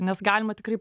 nes galima tikrai